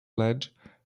ledge